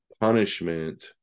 punishment